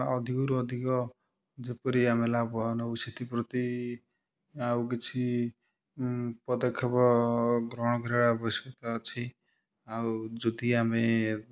ଅଧିକରୁ ଅଧିକ ଯେପରି ଆମେ ଲାଭବାନ ହବୁ ସେଥିପ୍ରତି ଆଉ କିଛି ପଦକ୍ଷେପ ଗ୍ରହଣ କରିବାର ଆବଶ୍ୟକତା ଅଛି ଆଉ ଯଦି ଆମେ